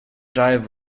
dive